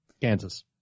Kansas